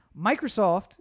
Microsoft